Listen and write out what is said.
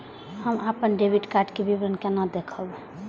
हम अपन debit card के विवरण केना देखब?